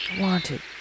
wanted